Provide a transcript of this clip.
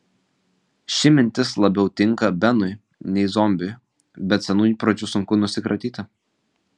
ši mintis labiau tinka benui nei zombiui bet senų įpročių sunku nusikratyti